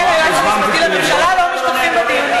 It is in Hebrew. היועץ המשפטי לממשלה לא משתתפים בדיונים?